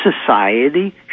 society